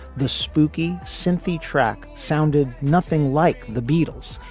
the spooky cynthy track sounded nothing like the beatles.